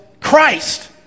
Christ